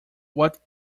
what